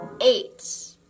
eight